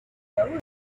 travel